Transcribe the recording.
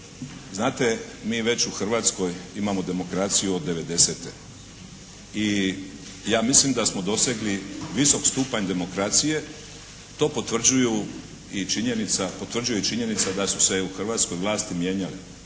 Znate mi već u Hrvatskoj imamo demokraciju od 90-te i ja mislim da smo dosegli visok stupanj demokracije, to potvrđuje i činjenica da su se u Hrvatskoj vlasti mijenjale,